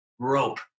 Rope